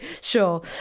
sure